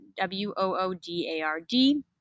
W-O-O-D-A-R-D